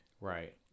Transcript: Right